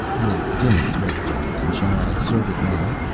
your dinner is ready gentlemen. shall i serve it now?